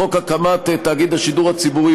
חוק הקמת תאגיד השידור הציבור,